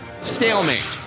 Stalemate